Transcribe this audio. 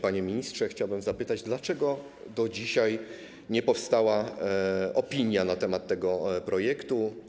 Panie ministrze, chciałbym zapytać, dlaczego do dzisiaj nie powstała opinia na temat tego projektu.